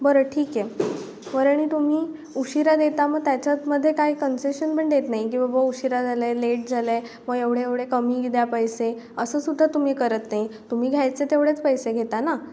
बरं ठीक आहे वर आणि तुम्ही उशिरा देता मग त्याच्यात मध्ये काय कन्सेशन पण देत नाही की बाबा उशिरा झालं आहे लेट झालं आहे मग एवढे एवढे कमी द्या पैसे असं सुद्धा तुम्ही करत नाही तुम्ही घ्यायचं तेवढेच पैसे घेता ना